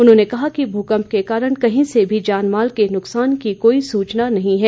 उन्होंने कहा कि भूकंप के कारण कहीं से भी जानमाल के नुकसान की कोई सूचना नहीं है